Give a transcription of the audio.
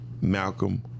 Malcolm